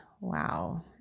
wow